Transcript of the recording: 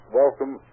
welcome